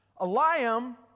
Eliam